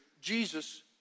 Jesus